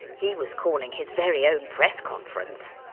he was calling his very own press conference,